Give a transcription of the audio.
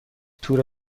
تور